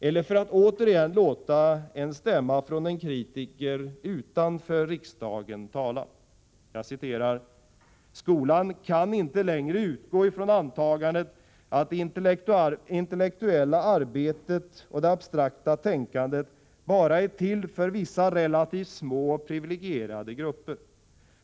Eller för att återigen låta en stämma från en kritiker utanför riksdagen göra sig hörd: ”-—- kan skolan inte längre utgå från antagandet att det intellektuella arbetet och det abstrakta tänkandet bara är till för vissa relativt små och privilegierade grupper.